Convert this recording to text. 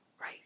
right